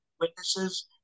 witnesses